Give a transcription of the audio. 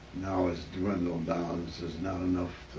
now, it's dwindled down. just not enough